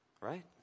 Right